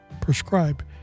prescribe